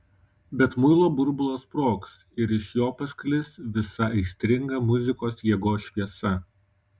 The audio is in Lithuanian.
bet muilo burbulas sprogs ir iš jo pasklis visa aistringa muzikos jėgos šviesa